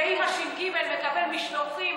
ואם הש"ג מקבל משלוחים